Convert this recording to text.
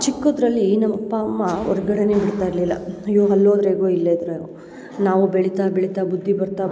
ಚಿಕ್ಕದ್ರಲ್ಲಿ ನಮ್ಮ ಅಪ್ಪ ಅಮ್ಮ ಹೊರ್ಗಡೆನೆ ಬಿಡ್ತಾ ಇರಲಿಲ್ಲ ಅಯ್ಯೋ ಅಲ್ಲೋದ್ರೆ ಹೇಗೋ ಇಲ್ಲೋದ್ರೆ ಹೇಗೋ ನಾವು ಬೆಳಿತಾ ಬೆಳಿತಾ ಬುದ್ಧಿ ಬರ್ತಾ ಬರ್ತಾ